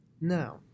now